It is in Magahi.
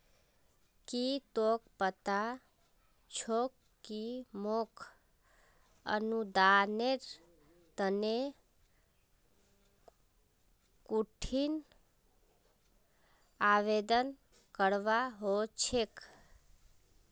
की तोक पता छोक कि मोक अनुदानेर तने कुंठिन आवेदन करवा हो छेक